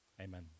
Amen